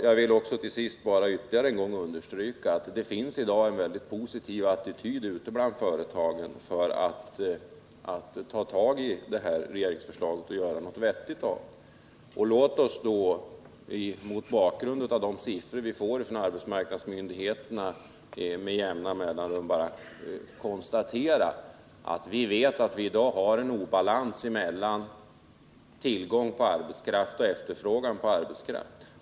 Jag vill till sist ytterligare en gång understryka att det i dag ute bland företagen finns en väldigt positiv attityd för att ta tag i regeringsförslaget och göra något vettigt av det. Låt oss då, mot bakgrund av de siffror vi får från arbetsmarknadsmyndigheterna med jämna mellanrum, konstatera att vi i dag har en obalans mellan tillgången på arbetskraft och efterfrågan på arbetskraft.